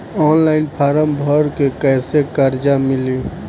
Online form भर के कैसे कर्जा मिली?